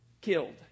killed